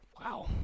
Wow